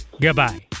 Goodbye